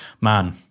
Man